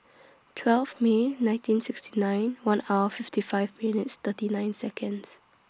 twelve May nineteen sixty nine one hour fifty five minutes thirty nine Seconds